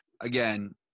again